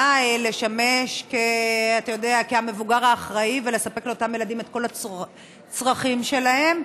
לשמש כמבוגר האחראי ולספק לאותם ילדים את כל הצרכים שלהם.